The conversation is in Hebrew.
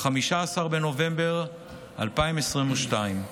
15 בנובמבר 2022,